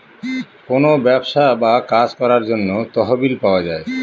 কোনো ব্যবসা বা কাজ করার জন্য তহবিল পাওয়া যায়